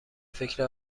فکر